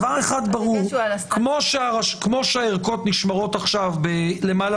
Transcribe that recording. דבר אחד ברור: כמו שהערכות נשמרות בלמעלה